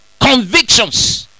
convictions